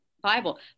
Bible